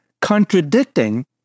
contradicting